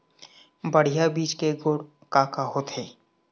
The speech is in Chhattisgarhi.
बढ़िया बीज के गुण का का होथे?